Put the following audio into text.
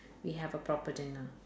we have a proper dinner